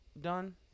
done